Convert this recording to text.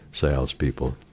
Salespeople